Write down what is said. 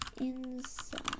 inside